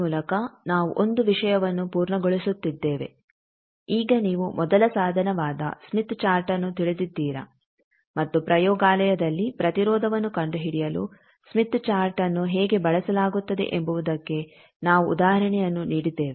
ಈ ಮೂಲಕ ನಾವು ಒಂದು ವಿಷಯವನ್ನು ಪೂರ್ಣಗೊಳಿಸುತ್ತಿದ್ದೇವೆ ಈಗ ನೀವು ಮೊದಲ ಸಾಧನವಾದ ಸ್ಮಿತ್ ಚಾರ್ಟ್ಅನ್ನು ತಿಳಿದಿದ್ದೀರ ಮತ್ತು ಪ್ರಯೋಗಾಲಯದಲ್ಲಿ ಪ್ರತಿರೋಧವನ್ನು ಕಂಡುಹಿಡಿಯಲು ಸ್ಮಿತ್ ಚಾರ್ಟ್ಅನ್ನು ಹೇಗೆ ಬಳಸಲಾಗುತ್ತದೆ ಎಂಬುವುದಕ್ಕೆ ನಾವು ಉದಾಹರಣೆಯನ್ನು ನೀಡಿದ್ದೇವೆ